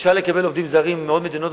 אפשר לקבל עובדים זרים נוספים מעוד מדינות,